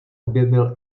objevil